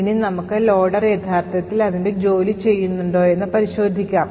ഇനി നമുക്ക് ലോഡർ യഥാർത്ഥത്തിൽ അതിന്റെ ജോലി ചെയ്യുന്നുണ്ടോയെന്ന് പരിശോധിക്കാം